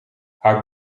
haar